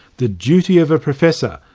the duty of a professor,